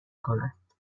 کنند